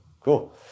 cool